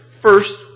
First